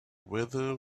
whether